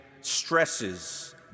stresses